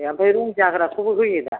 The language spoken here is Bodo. ए आमफ्राय रं जाग्राखौबो होयो दा